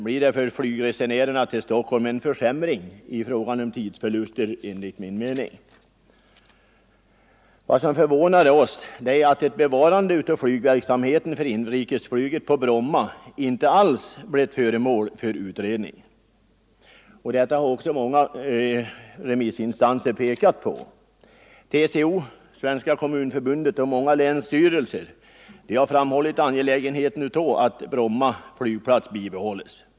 Utredningen förordar det sistnämnda alternativet. Vad som förvånat oss är att möjligheten att bevara flygverksamheten på Bromma inte alls blivit föremål för utredning. Detta har också många remissinstanser pekat på. TCO, Svenska kommunförbundet och många länsstyrelser har framhållit angelägenheten av att Bromma flygplats bibehålles.